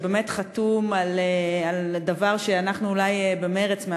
הוא באמת חתום על דבר שאולי אנחנו במרצ,